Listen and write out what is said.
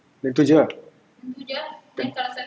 then tu jer ah